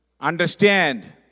understand